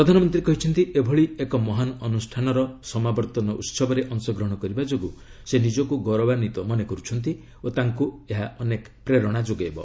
ପ୍ରଧାନମନ୍ତ୍ରୀ କହିଛନ୍ତି ଏଭଳି ଏକ ମହାନ ଅନୁଷ୍ଠାନର ସମାବର୍ତ୍ତନ ଉତ୍ସବରେ ଅଂଶଗ୍ରହଣ କରିବା ଯୋଗୁଁ ସେ ନିଜକୁ ଗୌରବାନ୍ଧିତ ମନେକରୁଛନ୍ତି ଓ ଏହା ତାଙ୍କୁ ଅନେକ ପ୍ରେରଣା ଯୋଗାଇବ